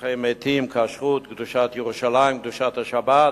ניתוחי מתים, כשרות, קדושת ירושלים, קדושת השבת,